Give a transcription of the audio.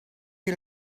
you